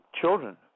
children